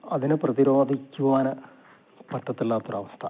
അതിനെ പ്രതിരോധിക്കുവാൻ പറ്റത്തില്ലാത്തൊരവസ്ഥ